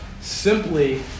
simply